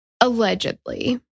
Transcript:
allegedly